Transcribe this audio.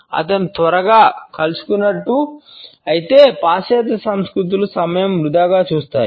అతను త్వరగా కలుసుకున్నట్లయితే పాశ్చాత్య సంస్కృతులు సమయం వృధాగా చూస్తాయి